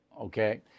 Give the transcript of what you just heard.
okay